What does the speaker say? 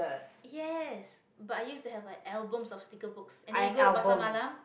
yes but i used to have like albums of sticker books and then you go to pasar-malam